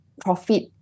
profit